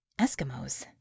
Eskimos